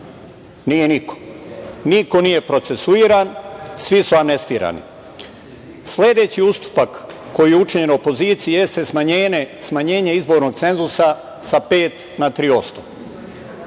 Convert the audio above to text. Nije niko. Niko nije procesuiran, svi su amnestirani. Sledeći ustupak koji je učinjen opoziciji jeste smanjenje izbornog cenzusa sa 5% na 3%